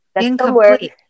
Incomplete